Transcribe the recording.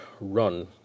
run